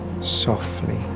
softly